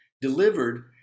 Delivered